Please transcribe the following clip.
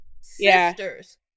Sisters